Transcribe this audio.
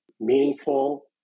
meaningful